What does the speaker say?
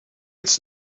its